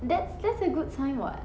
that's that's a good sign [what]